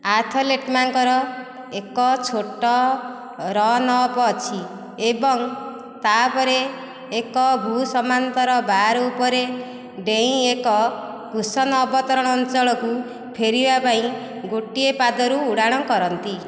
athlete ମାନଙ୍କର ଏକ ଛୋଟ ରନ୍ ଅପ୍ ଅଛି ଏବଂ ତା'ପରେ ଏକ ଭୂସମାନ୍ତର ବାର୍ ଉପରେ ଡେଇଁ ଏକ କୁସନ୍ ଅବତରଣ ଅଞ୍ଚଳକୁ ଫେରିବା ପାଇଁ ଗୋଟିଏ ପାଦରୁ ଉଡ଼ାଣ କରନ୍ତି